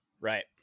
Right